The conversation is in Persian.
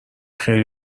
خیلی